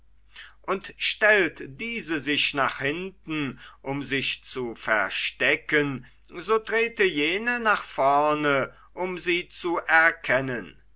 und stellt diese sich nach hinten um sich zu verstecken so trete jene nach vorne um sie zu erkennen